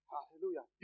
Hallelujah